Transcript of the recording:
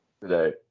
today